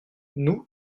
nous